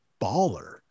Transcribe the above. baller